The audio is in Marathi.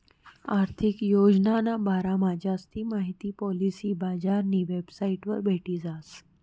आर्थिक योजनाना बारामा जास्ती माहिती पॉलिसी बजारनी वेबसाइटवर भेटी जास